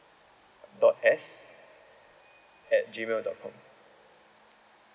dot S at G mail dot com